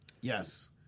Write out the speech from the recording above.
Yes